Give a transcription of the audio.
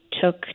took